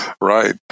Right